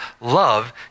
love